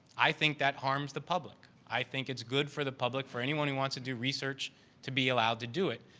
i think that harms the public. i think it's good for the public, for anyone who wants to do research to be allowed to do it.